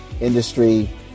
industry